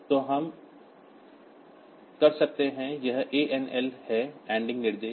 तो हम कर सकते हैं यह ANL है एंडिंग निर्देश